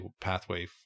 pathway